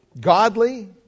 godly